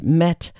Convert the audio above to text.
met